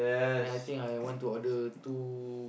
then I think I want to order two